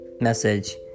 message